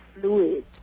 fluid